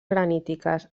granítiques